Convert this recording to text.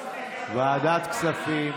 לוועדת הכספים.